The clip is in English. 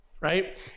right